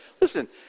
listen